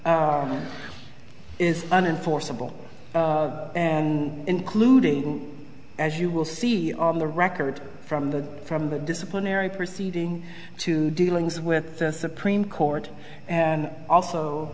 is an enforceable and including as you will see on the record from the from the disciplinary proceeding to dealings with the supreme court and also